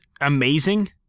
amazing